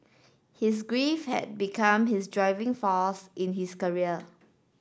his grief had become his driving force in his career